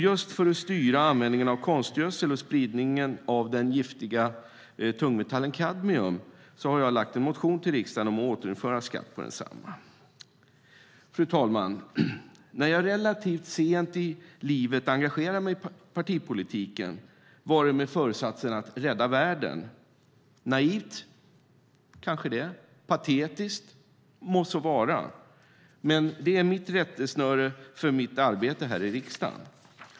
Just för att styra användningen av konstgödsel och spridningen av den giftiga tungmetallen kadmium har jag väckt en motion i riksdagen om att återinföra skatt på densamma. Fru talman! När jag relativt sent i livet engagerade mig i partipolitiken var det med föresatsen att rädda världen. Naivt? Kanske det. Patetiskt? Må så vara. Men det är mitt rättesnöre för mitt arbete i riksdagen.